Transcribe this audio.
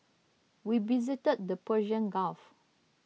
we visited the Persian Gulf